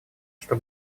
что